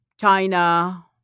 China